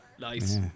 Nice